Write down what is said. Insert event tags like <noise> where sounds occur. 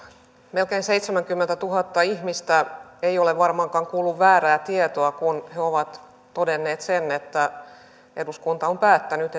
melkein seitsemänkymmentätuhatta ihmistä ei ole varmaankaan kuullut väärää tietoa kun he ovat todenneet sen että eduskunta on päättänyt <unintelligible>